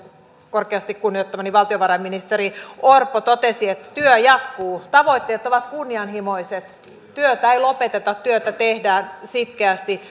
korkeasti kunnioittamani valtiovarainministeri orpo totesi että työ jatkuu tavoitteet ovat kunnianhimoiset työtä ei lopeteta työtä tehdään sitkeästi